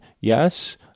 Yes